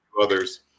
Others